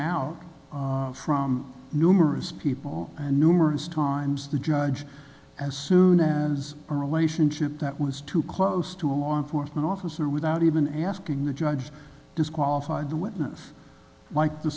out from numerous people and numerous times the judge as soon as our relationship that was too close to a law enforcement officer without even asking the judge disqualified the witness like the